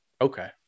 okay